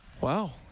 Wow